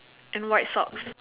and white socks